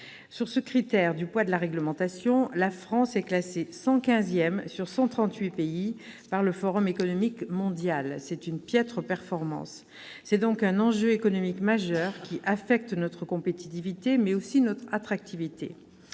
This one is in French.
Selon le critère du poids de la réglementation, la France est classée 115 sur 138 pays par le Forum économique mondial. C'est une piètre performance ! Il s'agit donc d'un enjeu économique majeur, car notre compétitivité et notre attractivité